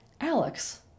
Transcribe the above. Alex